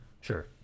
sure